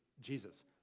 Jesus